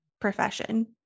profession